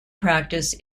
practice